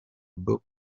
book